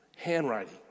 Handwriting